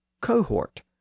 cohort